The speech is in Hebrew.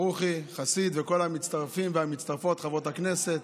ברוכי, חסיד וכל המצטרפים והמצטרפות, חברות הכנסת.